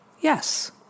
yes